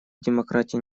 демократия